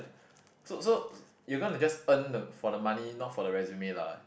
so so you're gonna just earn the for the money not for the resume lah